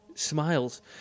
smiles